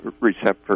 receptor